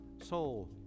soul